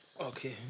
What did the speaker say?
Okay